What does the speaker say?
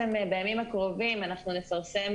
בימים הקרובים אנחנו נפרסם